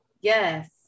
yes